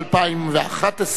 התשע"ב 2012,